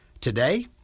Today